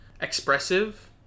expressive